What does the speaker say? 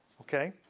Okay